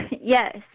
Yes